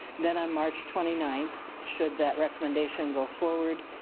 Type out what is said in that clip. then on march twenty ninth, should that recommendation go forward,